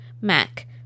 Mac